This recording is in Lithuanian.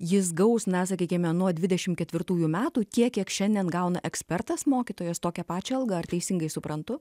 jis gaus na sakykime nuo dvidešim ketvirtųjų metų tiek kiek šiandien gauna ekspertas mokytojas tokią pačią algą ar teisingai suprantu